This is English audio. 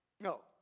No